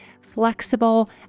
flexible